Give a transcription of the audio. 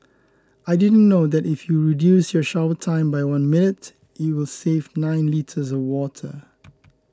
I didn't know that if you reduce your shower time by one minute it will save nine litres of water